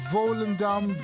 Volendam